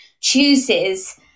chooses